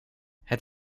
het